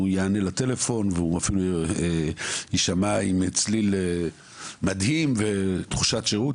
הוא יענה לטלפון והוא אפילו ישמע עם צליל מדהים ותחושת שירות,